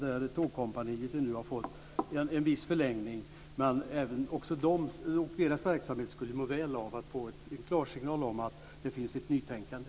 Där har Tågkompaniet fått en viss förlängning nu. Också deras verksamhet skulle må väl av att få en klarsignal om att det finns ett nytänkande.